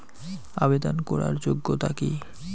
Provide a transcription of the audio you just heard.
আবেদন করার যোগ্যতা কি?